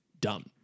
done